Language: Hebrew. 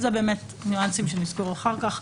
זה משהו שנעשה אחר כך.